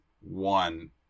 one